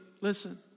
listen